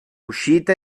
uscita